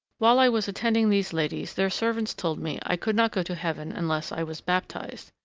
while i was attending these ladies their servants told me i could not go to heaven unless i was baptized.